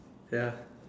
ya